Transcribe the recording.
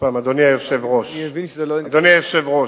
אני מבין שזה לא, אדוני היושב-ראש,